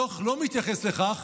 הדוח לא מתייחס לכך